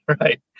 right